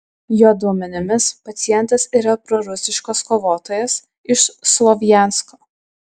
jo duomenimis pacientas yra prorusiškas kovotojas iš slovjansko